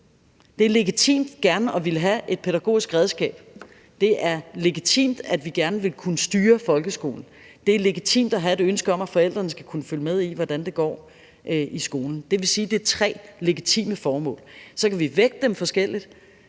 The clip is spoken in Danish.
Det er legitimt gerne at ville have et pædagogisk redskab. Det er legitimt, at vi gerne vil kunne styre folkeskolen. Det er legitimt at have et ønske om, at forældrene skal kunne følge med i, hvordan det går i skolen. Det vil sige, at det er tre legitime formål. Vi kan så vægte dem forskelligt,